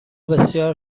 بسیار